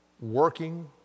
working